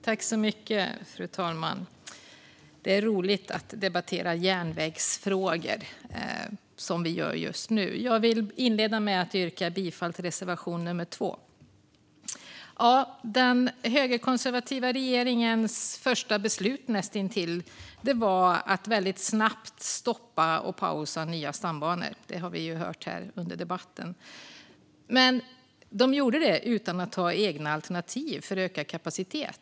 Fru talman! Det är roligt att debattera järnvägsfrågor, som vi gör just nu. Jag vill inleda med att yrka bifall till reservation 2. Den högerkonservativa regeringens näst intill första beslut var att väldigt snabbt stoppa och pausa nya stambanor; det har vi hört här under debatten. Men de gjorde det utan att ha egna alternativ för ökad kapacitet.